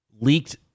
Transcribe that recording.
leaked